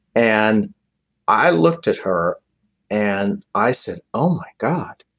and i looked at her and i said, oh my god,